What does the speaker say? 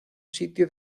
sitio